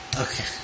Okay